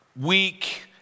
weak